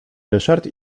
ryszard